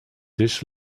dish